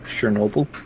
Chernobyl